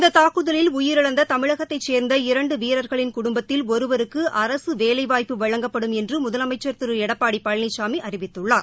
இந்த தாக்குதலில் உயிரிழந்த தமிழகத்தைச் சேர்ந்த இரண்டு வீரர்களின் குடும்பத்தில் ஒருவருக்கு வேலைவாய்ப்பு வழங்கப்படும் என்று முதலமைச்சர் திரு எடப்பாடி பழனிசாமி அரசு அறிவித்துள்ளார்